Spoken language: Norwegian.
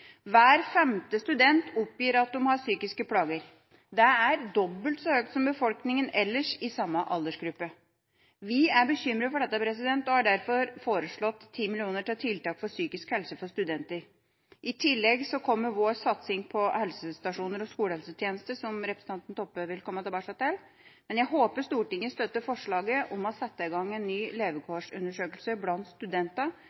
Hver femte student oppgir at de har psykiske plager. Det er dobbelt så høyt som for befolkningen ellers i samme aldersgruppe. Vi er bekymret for dette og har derfor foreslått 10 mill. kr til tiltak for psykisk helse for studenter. I tillegg kommer vår satsing på helsestasjoner og skolehelsetjenesten, som representanten Toppe vil komme tilbake til. Men jeg håper Stortinget støtter forslaget om å sette i gang en ny